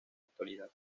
actualidad